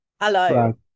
hello